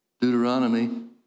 Deuteronomy